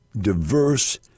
diverse